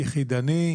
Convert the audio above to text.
יחידני,